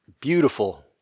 beautiful